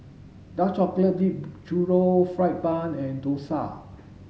dark chocolate dipped churro fried bun and dosa